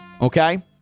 okay